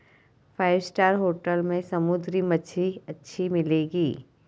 five star hotel में समुद्री मछली अच्छी मिलेंगी